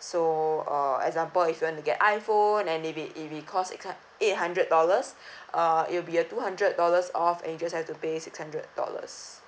so uh example if you want to get iphone and if it if it costs six hun~ eight hundred dollars uh it will be a two hundred dollars off and you just have to pay six hundred dollars